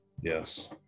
yes